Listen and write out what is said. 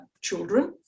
children